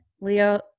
Leo